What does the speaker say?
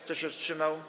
Kto się wstrzymał?